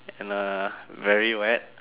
and uh very wet